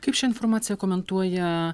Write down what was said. kaip šią informaciją komentuoja